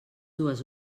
dues